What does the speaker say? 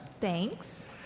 Thanks